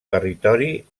territori